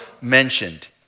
mentioned